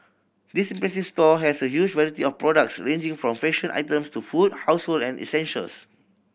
this impressive store has a huge variety of products ranging from fashion items to food household and essentials